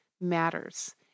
matters